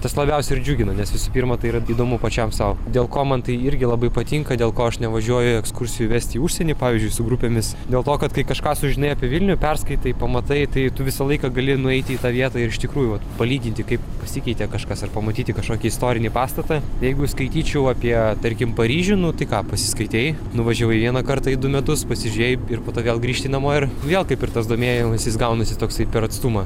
tas labiausiai ir džiugina nes visų pirma tai yra įdomu pačiam sau dėl ko man tai irgi labai patinka dėl ko aš nevažiuoju ekskursijų vesti į užsienį pavyzdžiui su grupėmis dėl to kad kai kažką sužinai apie vilnių perskaitai pamatai tai tu visą laiką gali nueiti į tą vietą ir iš tikrųjų palyginti kaip pasikeitė kažkas ar pamatyti kažkokį istorinį pastatą jeigu skaityčiau apie tarkim paryžių nu tai ką pasiskaitei nuvažiavai vieną kartą į du metus pasižiūrėjai ir po to vėl grįžti namo ir vėl kaip ir tas domėjimasis gaunasi toksai per atstumą